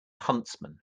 huntsman